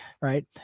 Right